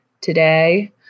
today